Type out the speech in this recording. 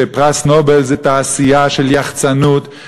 שפרס נובל זה תעשייה של יחצנות,